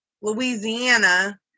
Louisiana